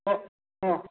অঁ অঁ